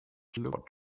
jaw